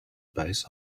base